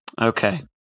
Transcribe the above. Okay